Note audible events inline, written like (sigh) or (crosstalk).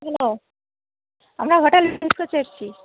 hello আমরা hotel (unintelligible) এসেছি